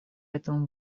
этому